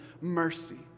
mercy